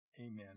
Amen